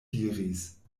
diris